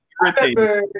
irritated